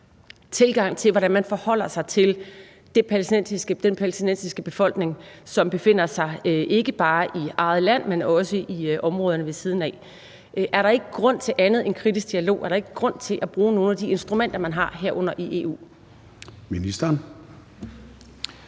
tilgangen til, hvordan man forholder sig til den palæstinensiske befolkning, som befinder sig ikke bare i eget land, men også i områderne ved siden af. Er der ikke grund til andet end kritisk dialog? Er der ikke grund til at bruge nogle af de instrumenter, man har, herunder i EU? Kl.